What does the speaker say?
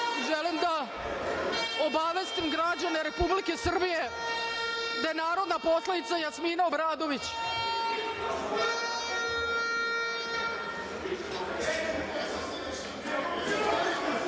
ljudi. Želim da obavestim građane Republike Srbije da je narodna poslanica Jasmina Obradović